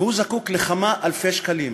והוא זקוק לכמה אלפי שקלים.